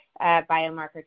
biomarker